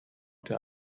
der